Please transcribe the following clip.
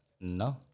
No